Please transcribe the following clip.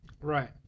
Right